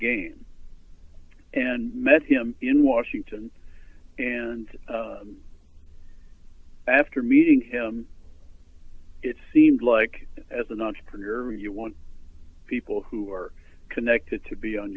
game and met him in washington and after meeting him it seemed like as an entrepreneur you want people who are connected to be on